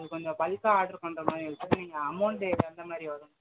அது கொஞ்சம் பல்க்காக ஆட்ரு பண்ணுற மாதிரி இருக்கும் நீங்கள் அமௌண்ட்டு எந்த மாதிரி வரும் சார்